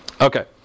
Okay